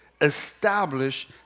establish